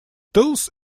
tools